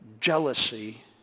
Jealousy